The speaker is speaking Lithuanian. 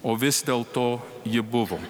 o vis dėlto ji buvo